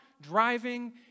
driving